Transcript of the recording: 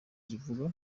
zivuga